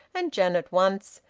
and janet once,